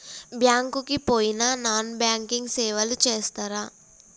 Bank కి పోయిన non banking సేవలు చేస్తరా?